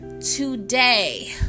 Today